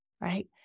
right